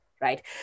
right